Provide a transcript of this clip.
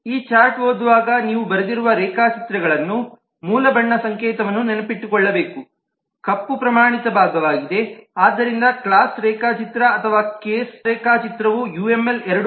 ಈ ಚಾರ್ಟ್ ಓದುವಾಗ ನೀವು ಬರೆದಿರುವ ರೇಖಾಚಿತ್ರಗಳನ್ನು ಮೂಲ ಬಣ್ಣ ಸಂಕೇತವನ್ನು ನೆನಪಿಟ್ಟುಕೊಳ್ಳಬೇಕು ಕಪ್ಪು ಪ್ರಮಾಣಿತ ಭಾಗವಾಗಿದೆ ಆದ್ದರಿಂದ ಕ್ಲಾಸ್ ರೇಖಾಚಿತ್ರ ಅಥವಾ ಕೇಸ್ ರೇಖಾಚಿತ್ರವು ಯುಎಂಎಲ್ 2